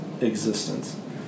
existence